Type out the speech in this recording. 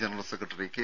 general secretary K